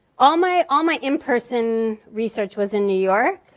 all my all my in person research was in new york.